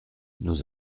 nous